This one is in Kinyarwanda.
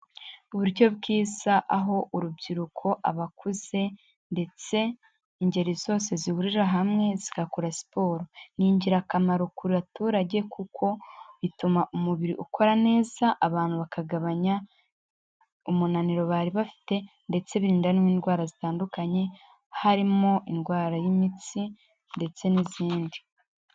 Uburyo bwiza aho urubyiruko abakuze ndetse ingeri zose zihurira hamwe zigakora siporo, ni ingirakamaro ku baturage kuko bituma umubiri ukora neza, abantu bakagabanya umunaniro bari bafite ndetse birinda n'indwara zitandukanye harimo indwara y'imitsi ndetse n'izindi.